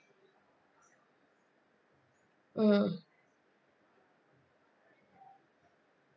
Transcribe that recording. mm